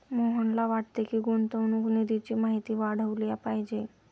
मोहनला वाटते की, गुंतवणूक निधीची माहिती वाढवली पाहिजे